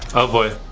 oh boy.